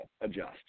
adjust